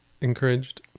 encouraged